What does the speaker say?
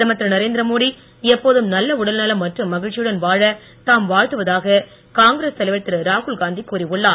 பிரதமர் திரு நரேந்திரமோடி எப்போதும் நல்ல உடல்நலம் மற்றும் மகிழ்ச்சியுடன் வாழ தாம் வாழ்த்துவதாக காங்கிஸ் தலைவர் திரு ராகுல்காந்தி கூறி உள்ளார்